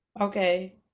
okay